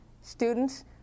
students